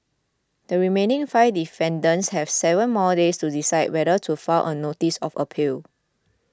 the remaining five defendants have seven more days to decide whether to file a notice of appeal